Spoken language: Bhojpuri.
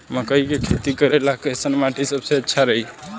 मकई के खेती करेला कैसन माटी सबसे अच्छा रही?